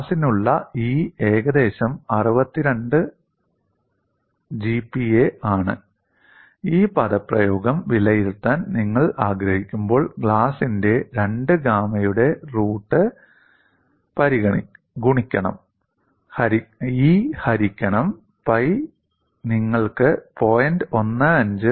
ഗ്ലാസിനുള്ള E ഏകദേശം 62 GPa ആണ് ഈ പദപ്രയോഗം വിലയിരുത്താൻ നിങ്ങൾ ആഗ്രഹിക്കുമ്പോൾ ഗ്ലാസിന്റെ 2 ഗാമായുടെ റൂട്ട് ഗുണിക്കണം E ഹരിക്കണം പൈ നിങ്ങൾക്ക് 0